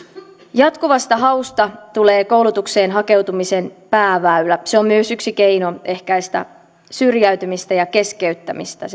jatkuvasta hausta tulee koulutukseen hakeutumisen pääväylä se on myös yksi keino ehkäistä syrjäytymistä ja keskeyttämistä